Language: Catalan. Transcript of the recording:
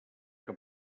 que